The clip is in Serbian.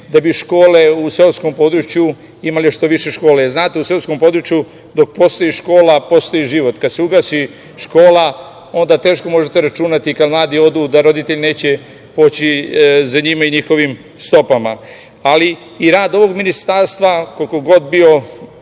da bi škole u seoskom području imale što više škole. Znate, u srpskom području dok postoji škola, postoji život. Kad se ugasi škola onda teško možete računati, kad mladi odu, da roditelj neće poći za njima i njihovim stopama. Ali, i rad ovog ministarstva, koliko god